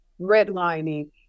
redlining